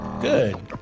Good